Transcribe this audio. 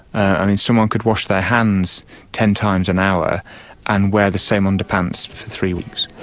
and someone could wash their hands ten times an hour and wear the same underpants for three weeks.